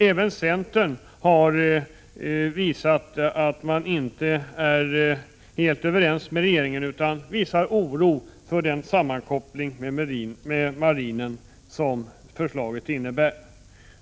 Även centern har visat att den inte är helt överens med regeringen utan visar oro för den sammankoppling med marinen som förslaget innebär.